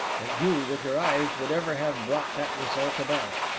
that you, with your eyes, would ever have brought that result about.